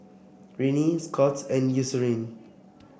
Rene Scott's and Eucerin